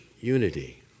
unity